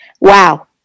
Wow